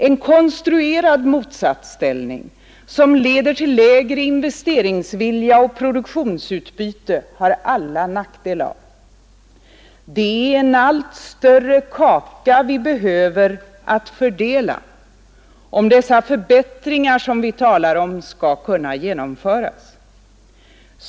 En konstruerad motsatsställning som leder till lägre investeringsvilja och produktionsutbyte har alla nackdel av. Det är en allt större kaka vi behöver att fördela om dessa förbättringar, som vi talar om, skall kunna genomföras.